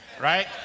right